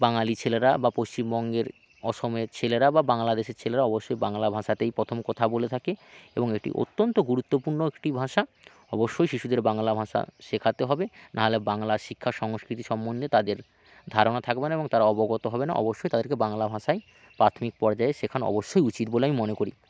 বাঙালি ছেলেরা বা পশ্চিমবঙ্গের অসমের ছেলেরা বা বাংলাদেশের ছেলেরা অবশ্যই বাংলা ভাষাতেই প্রথম কথা বলে থাকে এবং এটি অত্যন্ত গুরুত্বপূর্ণ একটি ভাষা অবশ্যই শিশুদের বাংলা ভাষা শেখাতে হবে নাহলে বাংলা শিক্ষা সংস্কৃতি সম্বন্ধে তাদের ধারণা থাকবে না এবং তারা অবগত হবে না অবশ্যই তাদেরকে বাংলা ভাষায় প্রাথমিক পর্যায়ে শেখানো অবশ্যই উচিত বলে আমি মনে করি